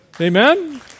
Amen